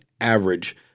average